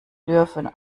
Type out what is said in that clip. dürfen